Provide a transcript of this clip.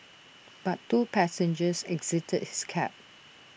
but two passengers exited his cab